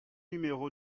numéro